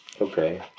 Okay